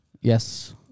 yes